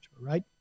right